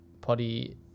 potty